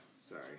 Sorry